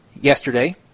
yesterday